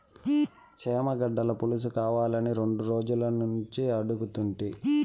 చేమగడ్డల పులుసుకావాలని రెండు రోజులనుంచి అడుగుతుంటి